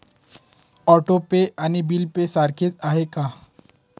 Auto pay आणि bill pay सारखेच आहे का?